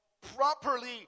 properly